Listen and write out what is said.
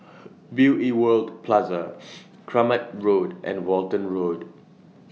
Beauty World Plaza Kramat Road and Walton Road